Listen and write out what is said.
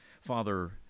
Father